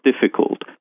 difficult